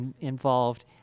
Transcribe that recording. involved